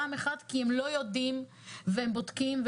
ראשית, כי הם לא יודעים והם בודקים.